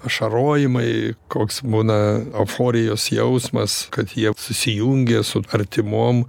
ašarojimai koks būna euforijos jausmas kad jie susijungė su artimom